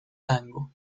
tango